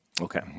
Okay